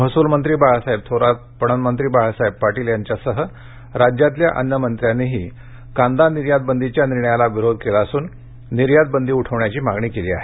महसूल मंत्री बाळासाहेब थोरात पणन मंत्री बाळासाहेब पाटील यांच्यासह राज्यातल्या अन्य मंत्र्यांनीही कांदा निर्यात बंदीच्या निर्णयाला विरोध केला असून निर्यात बंदी उठवण्याची मागणी केली आहे